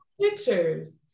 pictures